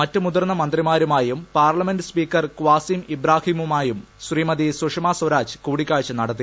മറ്റ് മുതിർന്ന മന്ത്രിമാരുമായും പാർലമെന്റ് സ്പീക്കർ കാസിം ഇബാഹിമുമായും സുഷമ സ്വരാജ് കൂടിക്കാഴ്ച നടത്തി